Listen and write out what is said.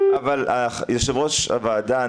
אבל יו"ר הוועדה,